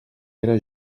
era